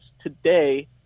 today